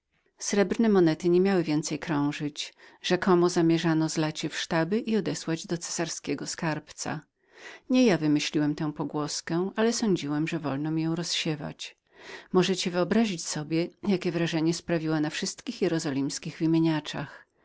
srebrne zwłaszcza nie miały więcej krążyć ale zamierzano zlać je w sztaby i odesłać do skarbca monarchy nie wynalazłem wcale tej pogłoski ale sądziłem że wolno mi było rozsiewać ją możecie więc wyobrazić sobie jakie wrażenie sprawiła na wszystkich jerozolimskich wymieniaczach